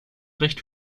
recht